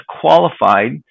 qualified